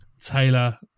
Taylor